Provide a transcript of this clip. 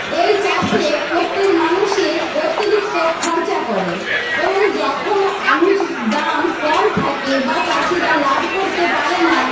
এই চাষে প্রত্যেক মানুষের অতিরিক্ত খরচা করেন এবং যখন আলু চ দাম কম থাকে বা চাষিরা লাভ করতে পারে না